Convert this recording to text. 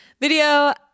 video